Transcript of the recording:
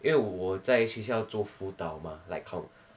因为我在学校做辅导吗 like counsel